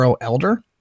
elder